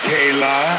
Kayla